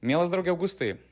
mielas drauge augustai